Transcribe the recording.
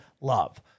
love